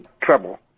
trouble